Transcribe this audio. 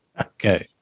Okay